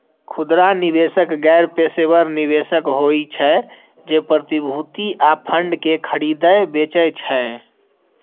खुदरा निवेशक गैर पेशेवर निवेशक होइ छै, जे प्रतिभूति आ फंड कें खरीदै बेचै छै